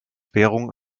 währung